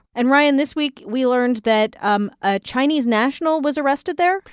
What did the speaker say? and, ryan, this week, we learned that um a chinese national was arrested there?